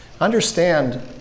Understand